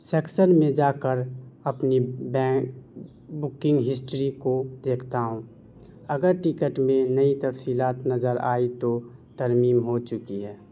Saxon میں جا کر اپنی بینک بکنگ ہسٹری کو دیکھتا ہوں اگر ٹکٹ میں نئی تفصیلات نظر آئی تو ترمیم ہو چکی ہے